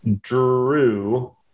Drew